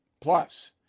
Plus